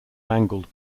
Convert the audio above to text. mangled